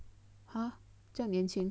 !huh! 这样年轻